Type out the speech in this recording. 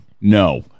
No